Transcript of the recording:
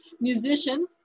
musician